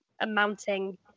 amounting